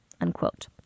unquote